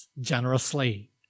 generously